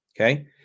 Okay